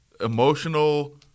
emotional